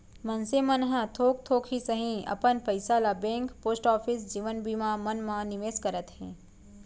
मनसे मन ह थोक थोक ही सही अपन पइसा ल बेंक, पोस्ट ऑफिस, जीवन बीमा मन म निवेस करत हे